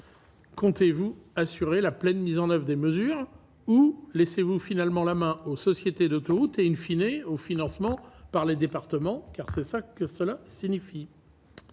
comptez-vous assurer la pleine mise en oeuvre des mesures ou laissez-vous finalement la main aux sociétés de Kloten in fine et au financement par les départements, car c'est ça que cela signifie